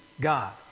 God